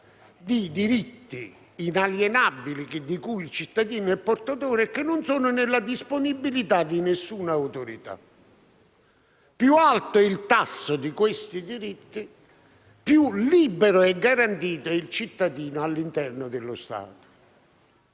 di diritti inalienabili di cui il cittadino è portatore e che non sono nella disponibilità di alcuna autorità. Più alto è il tasso di questi diritti, più libero e garantito è il cittadino all'interno dello Stato.